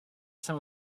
some